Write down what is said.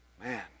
man